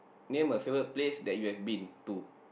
name my favourite place that you have been to